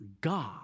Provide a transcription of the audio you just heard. God